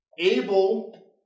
able